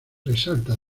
resalta